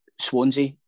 Swansea